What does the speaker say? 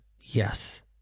Yes